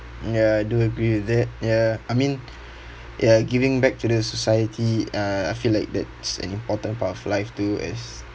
ya I do agree with that ya I mean ya giving back to the society uh I feel like that's an important part of life too as